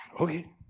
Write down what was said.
Okay